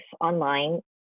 online